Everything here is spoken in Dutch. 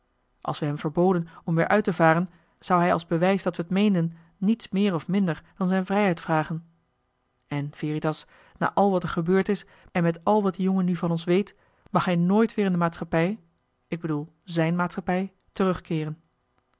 als we hem verboden om weer uit te varen zou hij als bewijs dat we t meenden niets meer of minder dan zijn vrijheid vragen en veritas na al wat er gebeurd is en met al wat die jongen nu van ons weet mag hij nooit weer in de maatschappij ik bedoel zijn maatschappij terugkeeren